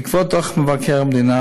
בעקבות דוח מבקר המדינה,